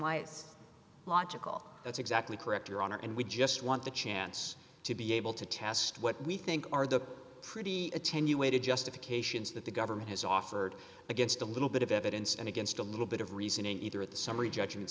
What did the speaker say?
it's logical that's exactly correct your honor and we just want the chance to be able to test what we think are the pretty attenuated justifications that the government has offered against a little bit of evidence and against a little bit of reasoning either at the summary judgment